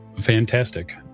Fantastic